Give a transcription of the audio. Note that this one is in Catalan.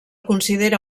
considera